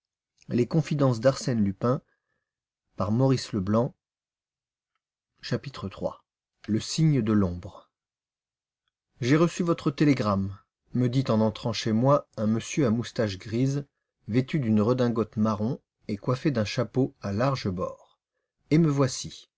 le signe de l'ombre j ai reçu votre télégramme me dit en entrant chez moi un monsieur à moustaches grises vêtu d'une redingote marron et coiffé d'un chapeau à larges bords et me voici